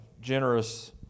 generous